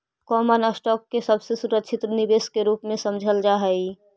common stock के सबसे सुरक्षित निवेश के रूप में समझल जा हई